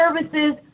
services